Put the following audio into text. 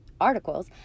articles